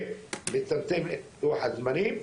ולצמצם את לוח הזמנים,